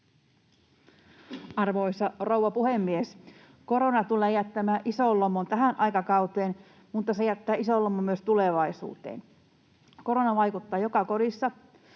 Arvoisa rouva puhemies! Korona tulee jättämään ison lommon tähän aikakauteen, mutta se jättää ison lommon myös tulevaisuuteen. Korona vaikuttaa joka kodissa,